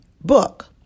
book